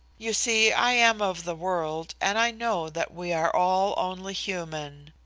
you see, i am of the world, and i know that we are all only human.